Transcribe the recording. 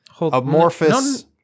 amorphous